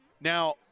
Now